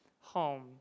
home